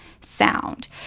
sound